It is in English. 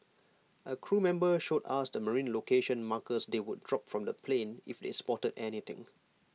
A crew member showed us the marine location markers they would drop from the plane if they spotted anything